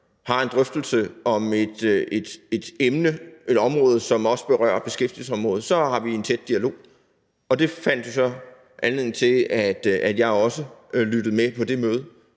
har en drøftelse om et emne, et område, som også berører beskæftigelsesområdet, så har vi en tæt dialog. Og der fandt vi så anledning til, at jeg også lyttede med ved det møde.